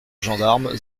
gendarme